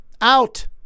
Out